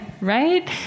right